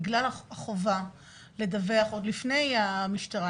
בגלל החובה לדווח עוד לפני המשטרה,